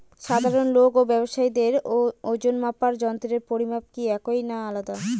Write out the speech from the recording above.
সাধারণ লোক ও ব্যাবসায়ীদের ওজনমাপার যন্ত্রের পরিমাপ কি একই না আলাদা হয়?